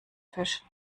fisch